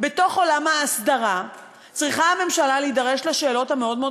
בתוך עולם האסדרה צריכה הממשלה להידרש לשאלות המאוד-מאוד